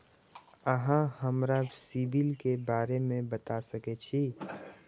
अहाँ हमरा सिबिल के बारे में बता सके छी?